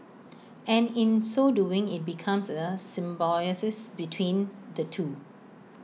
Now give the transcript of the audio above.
and in so doing IT becomes A a symbiosis between the two